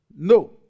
No